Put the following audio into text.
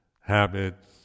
habits